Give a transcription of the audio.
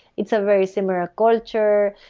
it's a very similar ah culture.